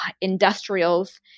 industrials